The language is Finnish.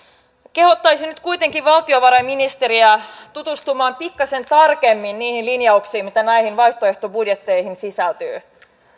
kehottaisin nyt kuitenkin valtiovarainministeriä tutustumaan pikkaisen tarkemmin niihin linjauksiin mitä näihin vaihtoehtobudjetteihin sisältyy